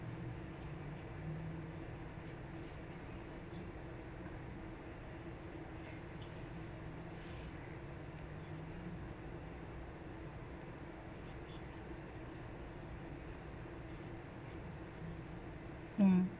mmhmm